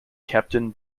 captain